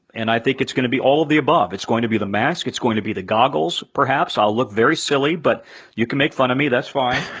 and i think it's gonna be all of the above. it's going to be the mask, it's going to be the goggles perhaps. i'll look very silly, but you can make fun of me, that's fine.